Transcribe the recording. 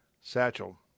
satchel